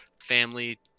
family